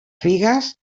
figues